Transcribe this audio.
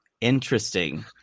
Interesting